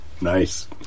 nice